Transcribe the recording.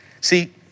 See